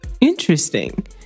interesting